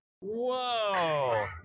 Whoa